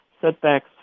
setbacks